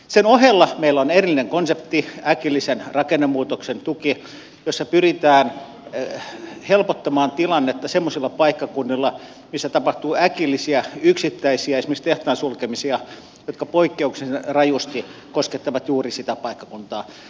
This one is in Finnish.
sen ohella meillä on erillinen konsepti äkillisen rakennemuutoksen tuki jolla pyritään helpottamaan tilannetta semmoisilla paikkakunnilla missä tapahtuu äkillisiä yksittäisiä esimerkiksi tehtaan sulkemisia jotka poikkeuksellisen rajusti koskettavat juuri sitä paikkakuntaa